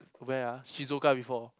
where ah Shizuoka before